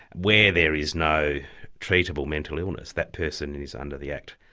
where there is no treatable mental illness, that person is, under the act,